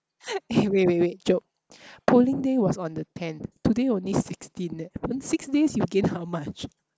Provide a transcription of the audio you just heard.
eh wait wait wait chop polling day was on the tenth today only sixteen eh in six days you gain how much